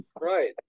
Right